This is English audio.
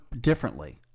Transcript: differently